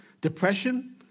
depression